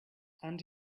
and